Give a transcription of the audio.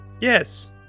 yes